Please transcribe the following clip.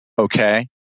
okay